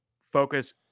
focus